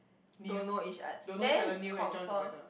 don't know each other then confirm